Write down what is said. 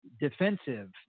defensive